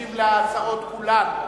ישיב על ההצעות כולן.